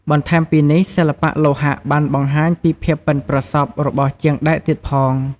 បន្ថែមពីនេះសិល្បៈលោហៈបានបង្ហាញពីភាពប៉ិនប្រសប់របស់ជាងដែកទៀតផង។